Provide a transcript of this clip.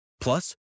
Plus